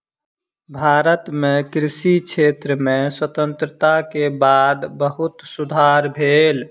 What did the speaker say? भारत मे कृषि क्षेत्र में स्वतंत्रता के बाद बहुत सुधार भेल